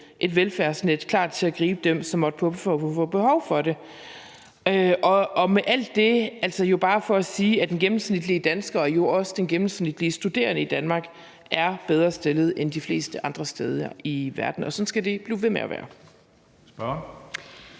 et velfærdsnet, der er klar til at gribe dem, som måtte få behov for det. Alt det er altså bare for at sige, at den gennemsnitlige dansker og jo også den gennemsnitlige studerende i Danmark er bedre stillet, end man er de fleste andre steder i verden, og sådan skal det blive ved med at være.